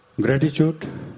gratitude